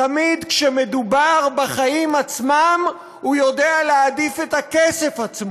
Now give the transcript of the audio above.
תמיד כשמדובר בחיים עצמם הוא יודע להעדיף את הכסף עצמו,